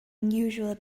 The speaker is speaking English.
unusual